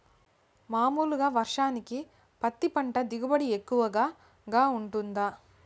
మామూలుగా వర్షానికి పత్తి పంట దిగుబడి ఎక్కువగా గా వుంటుందా?